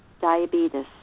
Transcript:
diabetes